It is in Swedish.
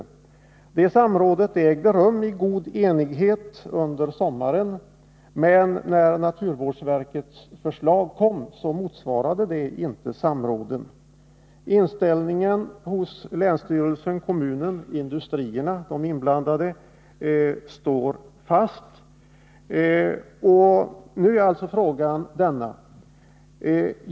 Det samrådet ägde rum i god enighet under sommaren, men när naturvårdsverkets förslag presenterades motsvarade det inte vad som kommit fram vid samrådet. Länsstyrelsens, kommunens och de inblandade industriernas inställning står fast.